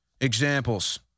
examples